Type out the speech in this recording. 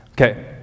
Okay